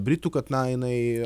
britų kad na jinai